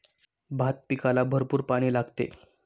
भात पिकाला भरपूर पाणी लागते